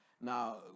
now